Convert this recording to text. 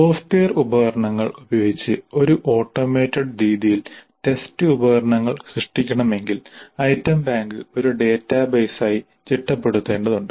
software ഉപകരണങ്ങൾ ഉപയോഗിച്ച് ഒരു ഓട്ടോമേറ്റഡ് രീതിയിൽ ടെസ്റ്റ് ഉപകരണങ്ങൾ സൃഷ്ടിക്കണമെങ്കിൽ ഐറ്റം ബാങ്ക് ഒരു ഡാറ്റാബേസായി ചിട്ടപ്പെടുത്തേണ്ടതുണ്ട്